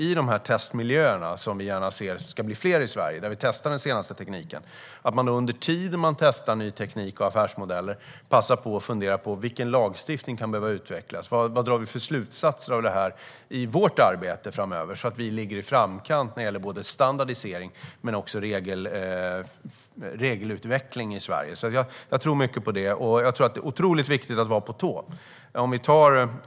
I de testmiljöer - vi vill gärna att de ska bli fler i Sverige - där man testar den senaste tekniken ska man också fundera på vilken lagstiftning som kan behöva utvecklas. Det gäller att dra slutsatser i arbetet så att vi kan fortsätta ligga i framkant i Sverige när det gäller både standardisering och regelutveckling. Jag tror mycket på detta, och jag tror att det är otroligt viktigt att vara på tå.